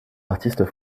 artistes